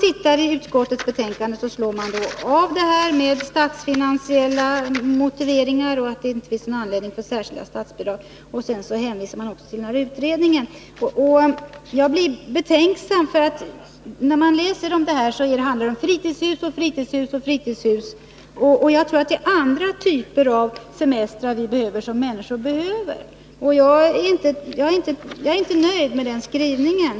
I utskottsbetänkandet avstyrker man förslaget med statsfinansiella motiveringar och uttalar att det inte finns några skäl för särskilda statsbidrag. Så hänvisar man också till utredningen. Jag blir betänksam, för när man läser om detta handlar det om fritidshus, fritidshus och åter fritidshus, men jag tror att det är andra typer av semester som människor behöver. Jag är inte nöjd med utskottets skrivning, och jag är inte heller nöjd med direktiven till kommittén.